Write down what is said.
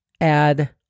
add